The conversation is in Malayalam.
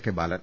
കെ ബാലൻ